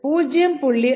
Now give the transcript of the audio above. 5 gram gl என உள்ளது